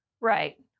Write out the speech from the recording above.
Right